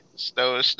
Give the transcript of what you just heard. Snow